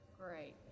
Great